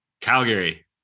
Calgary